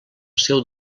seu